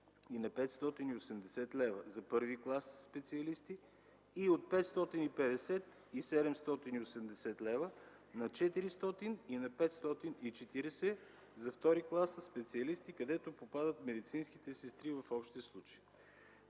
и на 580 лв. за първи клас специалисти, и от 550 и 780 лв. на 400 и на 540 лв. за втори клас специалисти, където попадат медицинските сестри в общия случай.